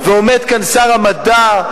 ועומד כאן שר המדע,